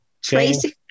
tracy